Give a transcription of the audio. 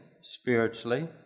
spiritually